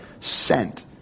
Sent